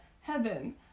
heaven